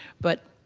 but